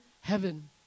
heaven